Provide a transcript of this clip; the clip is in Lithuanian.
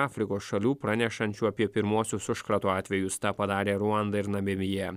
afrikos šalių pranešančių apie pirmuosius užkrato atvejus tą padarė ruanda ir namibija